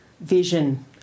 vision